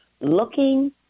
looking